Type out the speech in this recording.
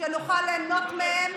כדי שנוכל ליהנות מהם.